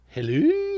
Hello